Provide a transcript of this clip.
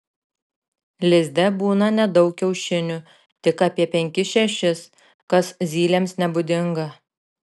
lizde būna nedaug kiaušinių tik apie penkis šešis kas zylėms nebūdinga